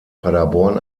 paderborn